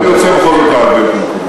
הוספתי זמן.